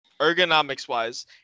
ergonomics-wise